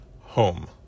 home